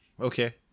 Okay